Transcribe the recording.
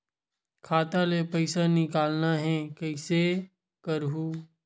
खाता ले पईसा निकालना हे, कइसे करहूं?